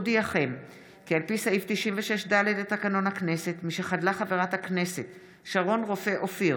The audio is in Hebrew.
מאת חברי הכנסת אפרת רייטן מרום וניר אורבך,